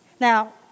Now